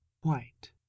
White